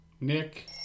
Nick